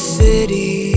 city